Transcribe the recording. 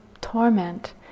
torment